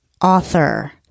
author